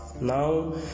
now